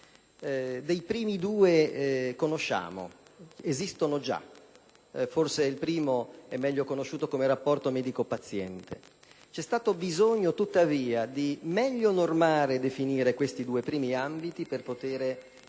I primi due li conosciamo, esistono già; forse il primo è meglio conosciuto come rapporto medico‑paziente. C'è stato bisogno tuttavia di meglio normare e definire questi due primi ambiti per poter in